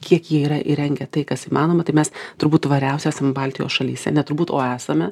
kiek jie yra įrengę tai kas įmanoma tai mes turbūt tvariausi esam baltijos šalyse ne turbūt o esame